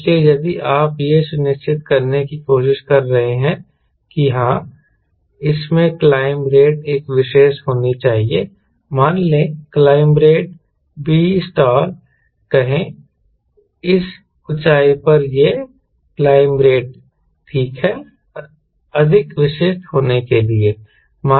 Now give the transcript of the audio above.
इसलिए यदि आप यह सुनिश्चित करने की कोशिश कर रहे हैं कि हाँ इसमें क्लाइंब रेट एक विशेष होनी चाहिए मान ले क्लाइंब रेट बी स्टार कहें इस ऊंचाई पर यह क्लाइंब रेट ठीक है अधिक विशिष्ट होने के लिए